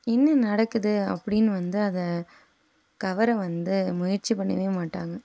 என்ன நடக்குது அப்படினு வந்து அதை கவரை வந்து முயற்சி பண்ணவே மாட்டாங்க